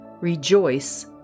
Rejoice